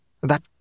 That